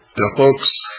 yeah folks,